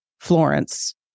Florence